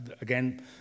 again